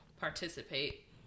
participate